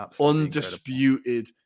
undisputed